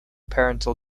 parental